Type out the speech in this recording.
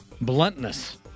bluntness